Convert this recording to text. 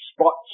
Spots